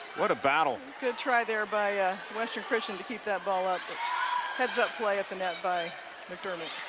what a battle. good try there by western christian to keep that ball up heads-up play at the net by mcdermott.